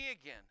again